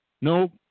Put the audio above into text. No